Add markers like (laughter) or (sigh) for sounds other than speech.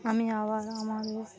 আমি (unintelligible) আমারও